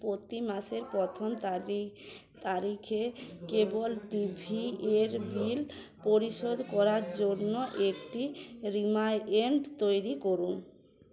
প্রতি মাসের প্রথম তারি তারিখে কেবল টিভি এর বিল পরিশোধ করার জন্য একটি রিমান্ড তৈরি করুন